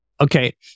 Okay